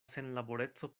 senlaboreco